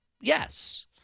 Yes